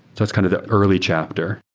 so it's kind of early chapter.